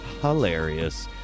hilarious